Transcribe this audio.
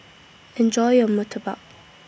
Enjoy your Murtabak